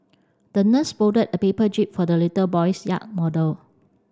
the nurse folded a paper jib for the little boy's yacht model